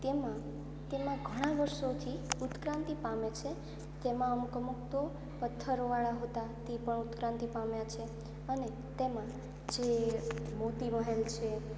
તેમાં તેમાં ઘણા વર્ષોથી ઉત્ક્રાંતિ પામે છે તેમાં અમૂક અમૂક તો પથ્થરોવાળા હૂતા હતિ પણ ઉત્ક્રાંતિ પામ્યા છે અને તેમાં જે મોતી મહેલ છે